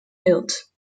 built